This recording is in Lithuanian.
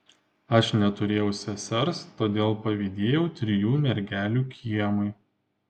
aš neturėjau sesers todėl pavydėjau trijų mergelių kiemui